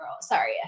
Sorry